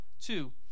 Two